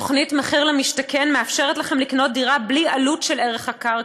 תוכנית מחיר למשתכן מאפשרת לכם לקנות דירה בלי עלות של ערך הקרקע,